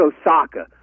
Osaka